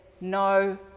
no